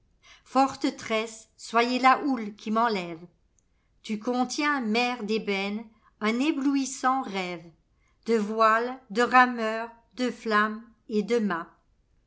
fortes tresses soyez la houle qui m'enlèveitu contiens mer d'ébène un éblouissant rêvede voiles de rameur de flammes et de mâts